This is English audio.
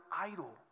idol